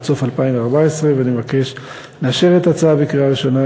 עד סוף 2014. אני מבקש לאשר את ההצעה בקריאה ראשונה